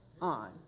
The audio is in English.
on